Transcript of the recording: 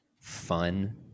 fun